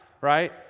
Right